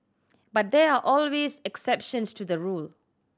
but there are always exceptions to the rule